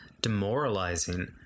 demoralizing